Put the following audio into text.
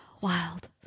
wild